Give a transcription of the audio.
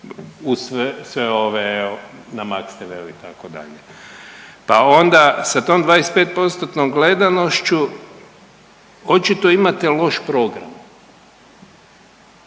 sve ove ma Maxtv itd. Pa onda sa tom 25%-tnom gledanošću očito imate loš program.